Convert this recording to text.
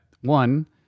one